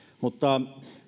mutta